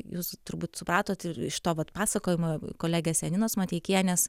jūs turbūt supratot ir iš to vat pasakojimo kolegės janinos mateikienės